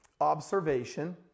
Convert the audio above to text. observation